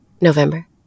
November